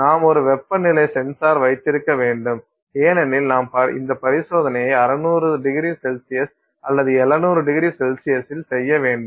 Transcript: நாம் ஒரு வெப்பநிலை சென்சார் வைத்திருக்க வேண்டும் ஏனெனில் நாம் இந்த பரிசோதனையை 600ºC அல்லது 700ºC இல் செய்ய வேண்டும்